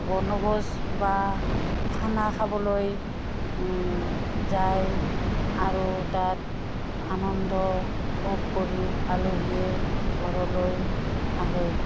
বনভোজ বা খানা খাবলৈ যায় আৰু তাত আনন্দ ভোগ কৰি আলহীয়ে ঘৰলৈ আহে